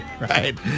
right